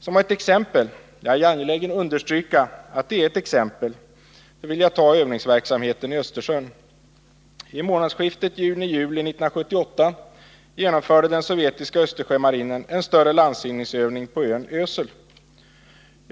Som ett exempel — jag är angelägen understryka att det är ett exempel — vill jag ta övningsverksamheten i Östersjön. I månadsskiftet juni-juli 1978 genomförde den sovjetiska Östersjömarinen en större landstigningsmanöver på ön Ösel.